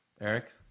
Eric